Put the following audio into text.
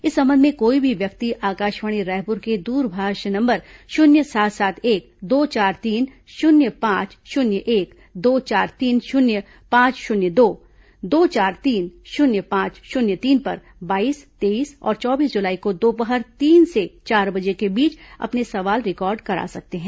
इस संबंध में कोई भी व्यक्ति आकाशवाणी रायपुर के दूरभाष नंबर शून्य सात सात एक दो चार तीन शून्य पांच शून्य एक दो चार तीन शून्य पांच शून्य दो दो चार तीन शून्य पांच शून्य तीन पर बाईस तेईस और चौबीस जुलाई को दोपहर तीन से चार बजे के बीच अपने सवाल रिकॉर्ड करा सकते हैं